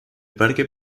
parque